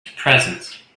presence